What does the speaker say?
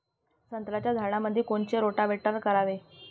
संत्र्याच्या झाडामंदी कोनचे रोटावेटर करावे?